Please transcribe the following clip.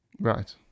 Right